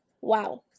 wow